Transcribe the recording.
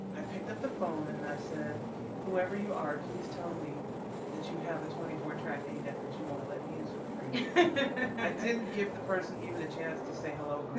i picked up the phone and and i said whoever you are please tell me that you have a twenty four track adat that that you want to let me use for free i didn't give the person even a chance to say hello please,